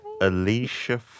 Alicia